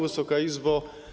Wysoka Izbo!